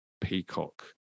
Peacock